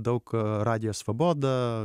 daug radijas svabod